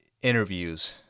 interviews